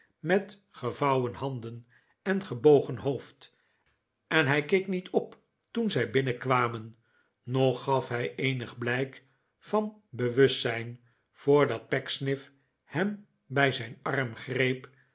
met gevouwen handen en gebogen hoofd en hij keek niet op toen zij binnenkwamen noch gaf hij eenig blijk van bewustzijn voor dat pecksniff hem bij zijn arm greep